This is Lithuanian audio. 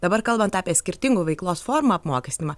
dabar kalbant apie skirtingų veiklos formą apmokestinimą